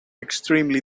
extremely